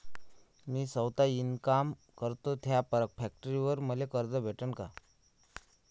मी सौता इनकाम करतो थ्या फॅक्टरीवर मले कर्ज भेटन का?